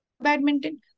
badminton